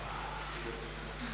Hvala